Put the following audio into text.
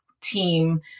team